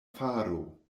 faro